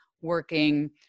working